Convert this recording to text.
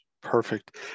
perfect